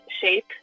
shape